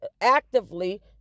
actively